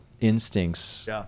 instincts